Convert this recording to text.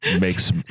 makes